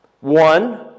One